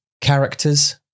characters